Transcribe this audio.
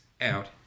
out